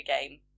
game